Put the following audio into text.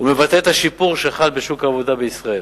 ומבטא את השיפור שחל בשוק העבודה בישראל.